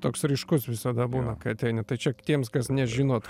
toks ryškus visada būna kai ateini tai čia tiems kas nežinot